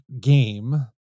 game